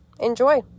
Enjoy